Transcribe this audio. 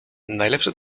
najlepsze